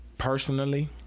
Personally